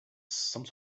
some